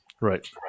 right